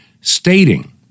stating